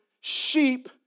sheep